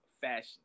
fashion